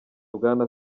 bwana